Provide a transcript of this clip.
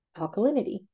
alkalinity